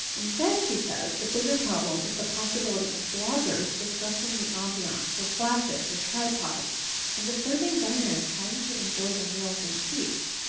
instead, she says the bigger problem is the possibility of bloggers disrupting the ah ambiance with flashes or tripods and disturbing diners trying to enjoy their meals in peace.